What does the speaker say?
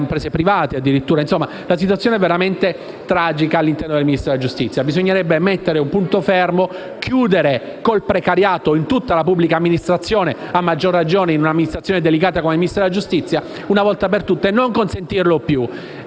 imprese private. Insomma, la situazione è veramente tragica all'interno del Ministero della giustizia. Bisognerebbe mettere un punto fermo, chiudere una volta per tutte con il precariato in tutta la pubblica amministrazione, a maggior ragione in un'amministrazione delicata come quella del Ministero della giustizia, e non consentirlo più.